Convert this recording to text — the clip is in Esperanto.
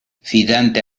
fidante